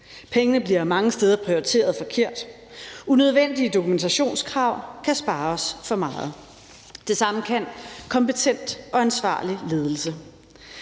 Pengene bliver mange steder prioriteret forkert, og fjernelse af unødvendige dokumentationskrav kan spare os for meget. Det samme kan kompetent og ansvarlig ledelse.